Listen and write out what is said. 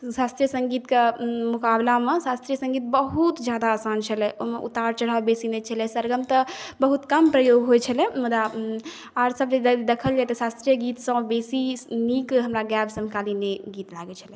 शास्त्रीय सङ्गीतके मुकाबलामे शास्त्रीय सङ्गीत बहुत ज्यादा आसान छलै ओहिमे उतार चढ़ाव बेसी नहि छलै सरगम तऽ बहुत कम प्रयोग होइ छलै मुदा आओर सब जे देखल जाइ तऽ शास्त्रीय गीतसँ बेसी नीक हमरा गाएब समकालीने गीत लागै छलै